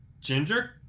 ginger